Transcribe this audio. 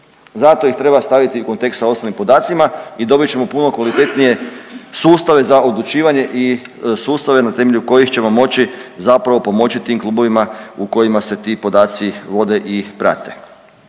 zato ih treba staviti u kontekst sa ostalim podacima i dobit ćemo puno kvalitetnije sustave za odlučivanje i sustave na temelju kojih ćemo moći zapravo pomoći tim klubovima u kojima se ti podaci vode i prate.